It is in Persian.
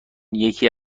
یکی